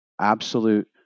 Absolute